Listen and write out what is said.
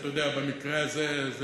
אתה יודע, במקרה הזה זה